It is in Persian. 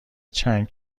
چند